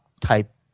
type